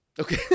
Okay